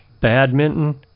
badminton